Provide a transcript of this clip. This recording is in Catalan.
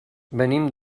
venim